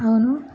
అవును